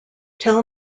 tell